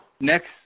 Next